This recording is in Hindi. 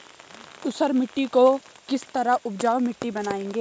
ऊसर मिट्टी को किस तरह उपजाऊ मिट्टी बनाएंगे?